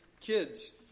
kids